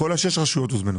כל 6 הרשויות הוזמנו.